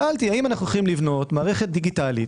שאלתי האם אנו יכולים לבנות מערכת דיגיטלית,